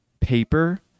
paper